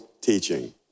teaching